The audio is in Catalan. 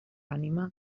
ànima